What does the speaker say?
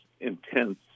intense